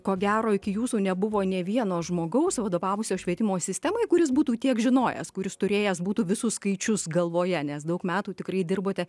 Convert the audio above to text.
ko gero iki jūsų nebuvo nė vieno žmogaus vadovavusio švietimo sistemai kuris būtų tiek žinojęs kuris turėjęs būtų visų skaičius galvoje nes daug metų tikrai dirbote